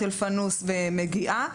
מַכְּתָבַּת אַלפַאנוּס, ומגיעה.